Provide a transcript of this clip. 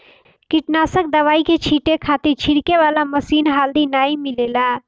कीटनाशक दवाई के छींटे खातिर छिड़के वाला मशीन हाल्दी नाइ मिलेला